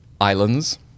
Islands